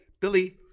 Billy